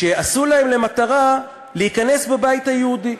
שעשו להם מטרה להיכנס בבית היהודי,